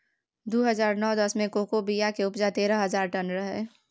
दु हजार नौ दस मे कोको बिया केर उपजा तेरह हजार टन रहै